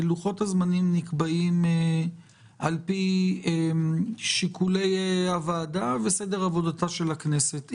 לוחות הזמנים נקבעים על פי שיקולי הוועדה וסדר עבודתה של הכנסת.